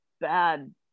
bad